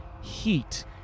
heat